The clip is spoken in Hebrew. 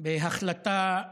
בהחלטה הזויה.